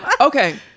Okay